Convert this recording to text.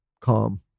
calm